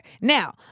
Now